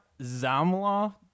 Zamla